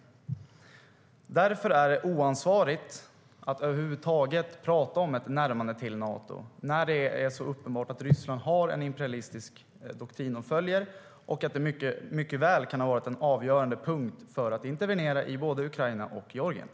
Det är oansvarigt att över huvud taget tala om ett närmande till Nato när det är så uppenbart att Ryssland har en imperialistisk doktrin som de följer, och det kan mycket väl ha varit en avgörande punkt för att intervenera i både Ukraina och Georgien.